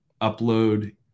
upload